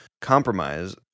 compromise